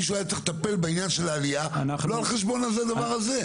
מישהו היה צריך לטפל בעניין של העלייה לא על חשבון הדבר הזה.